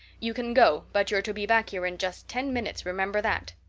you can go, but you're to be back here in just ten minutes, remember that.